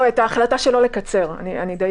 שלא לקצר.